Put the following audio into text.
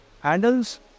handles